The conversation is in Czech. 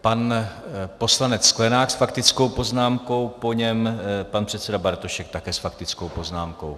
Pan poslanec Sklenák s faktickou poznámkou, po něm pan předseda Bartošek také s faktickou poznámkou.